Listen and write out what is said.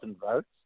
votes